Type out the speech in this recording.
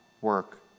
work